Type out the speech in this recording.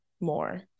more